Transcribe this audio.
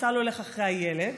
הסל הולך אחרי הילד,